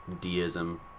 deism